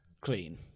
clean